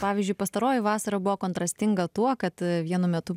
pavyzdžiui pastaroji vasara buvo kontrastinga tuo kad vienu metu